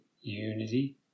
unity